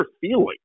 feeling